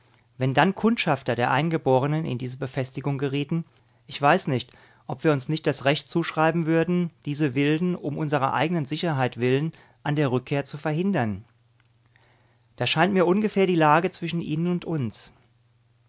wenn dann kundschafter der eingeborenen in diese befestigung gerieten ich weiß nicht ob wir uns nicht das recht zuschreiben würden diese wilden um unserer eigenen sicherheit willen an der rückkehr zu verhindern das scheint mir ungefähr die lage zwischen ihnen und uns